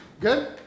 good